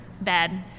bad